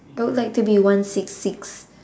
I would like to be one six six